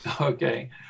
Okay